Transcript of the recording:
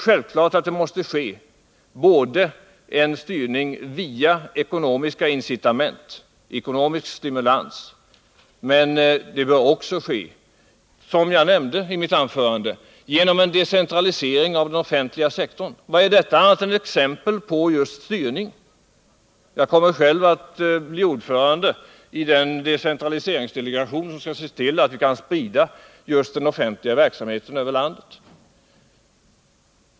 Självklart måste det ske en styrning via ekonomiska incitament och ekonomiska stimulanser men också, som jag nämnde i mitt anförande, genom en decentralisering av den offentliga sektorn. Vad är detta annat än exempel på just styrning? Jag kommer själv att bli ordförande i den decentraliseringsdelegation som skall se till att vi kan öka spridningen av just den offentliga verksamheten över landet.